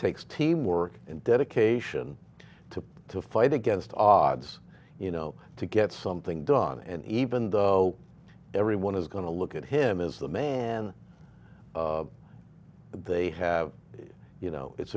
takes teamwork and dedication to to fight against all odds you know to get something done and even though everyone is going to look at him as a man they have you know it's